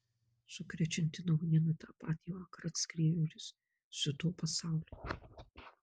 sukrečianti naujiena tą patį vakarą atskriejo ir iš dziudo pasaulio